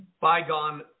bygone